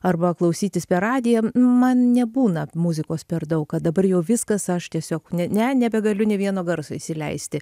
arba klausytis per radiją man nebūna muzikos per daug kad dabar jau viskas aš tiesiog ne nebegaliu nė vieno garso įsileisti